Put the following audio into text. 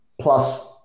plus